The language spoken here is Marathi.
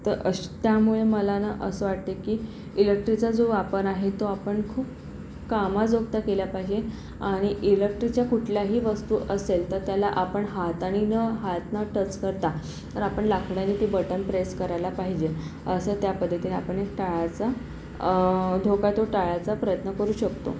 तर असं त्यामुळे मला ना असं वाटतंय की इलेक्ट्रिचा जो वापर आहे तो आपण खूप कामाजोगत्या केल्या पाहिजे आणि इलेक्ट्रिच्या कुठल्याही वस्तू असेल तर त्याला आपण हातानी न हात न टच करता तर आपण लाकडानी त्याला ते बटन प्रेस करायला पाहिजे असं त्या पद्धतीने आपण हे टाळायचं धोका तो टाळायचा प्रयत्न करू शकतो